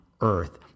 earth